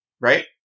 right